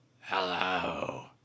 Hello